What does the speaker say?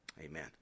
Amen